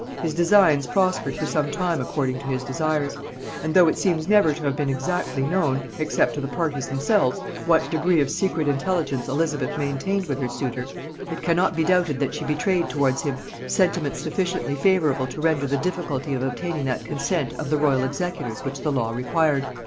his designs prospered for some time according to his desires and though it seems never to have been exactly known, except to the parties themselves, what degree of secret intelligence elizabeth maintained with her suitor it cannot be doubted that she betrayed towards him sentiments sufficiently favorable to render the difficulty of obtaining that consent of the royal executors which the law required,